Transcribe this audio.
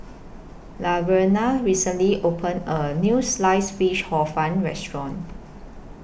Laverna recently opened A New Sliced Fish Hor Fun Restaurant